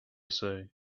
say